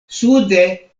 sude